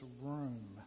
room